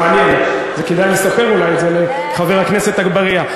מעניין, כדאי אולי לספר את זה לחבר הכנסת אגבאריה.